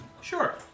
Sure